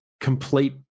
complete